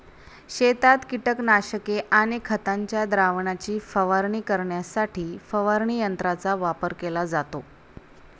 शेतात कीटकनाशके आणि खतांच्या द्रावणाची फवारणी करण्यासाठी फवारणी यंत्रांचा वापर केला जातो